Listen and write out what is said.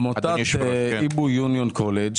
עמותת Hebrew Union College,